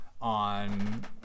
on